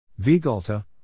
Vigalta